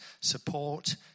support